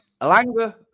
Alanga